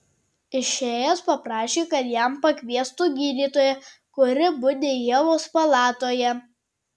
išėjęs paprašė kad jam pakviestų gydytoją kuri budi ievos palatoje